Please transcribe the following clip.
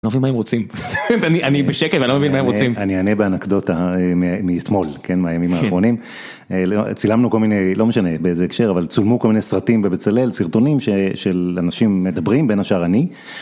לא מבין מה הם רוצים אני אני בשקט, אני לא מבין מה הם רוצים, אני אני אענה באנקדוטה מאתמול, כן מהימים האחרונים, צילמנו כל מיני, לא משנה באיזה הקשר, אבל צולמו כל מיני סרטים בבצלאל, סרטונים של אנשים מדברים, בין השאר אני.